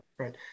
Right